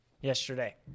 yesterday